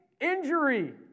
injury